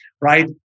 right